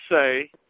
say